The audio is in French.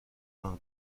inde